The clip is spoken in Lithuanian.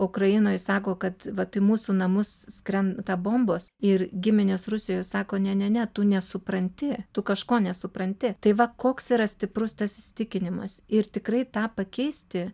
ukrainoj sako kad vat į mūsų namus krenta bombos ir giminės rusijoj sako ne ne ne tu nesupranti tu kažko nesupranti tai va koks yra stiprus tas įsitikinimas ir tikrai tą pakeisti